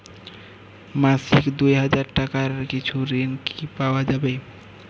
মাসিক দুই হাজার টাকার কিছু ঋণ কি পাওয়া যাবে?